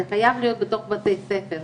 זה חייב להיות בתוך בתי ספר,